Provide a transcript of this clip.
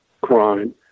crime